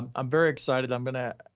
i'm very excited i'm gonna